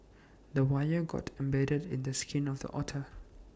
the wire got embedded in the skin of the otter